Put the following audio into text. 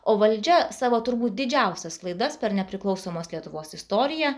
o valdžia savo turbūt didžiausias klaidas per nepriklausomos lietuvos istoriją